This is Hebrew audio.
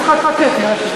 אז תחכה, תראה שזה